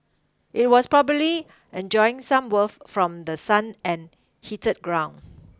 it was probably enjoying some warmth from the sun and heated ground